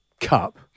cup